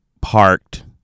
parked